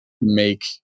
make